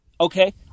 Okay